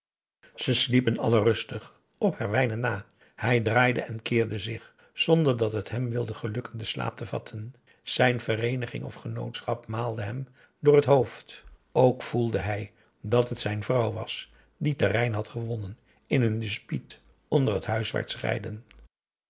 ze sliepen allen rustig op herwijnen na hij draaide en keerde zich zonder dat het hem wilde gelukken den slaap te vatten zijn vereeniging of genootschap maalde hem door het hoofd ook voelde hij dat het zijn vrouw was die terrein had gewonnen in hun dispuut onder het